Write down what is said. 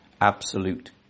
absolute